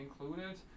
included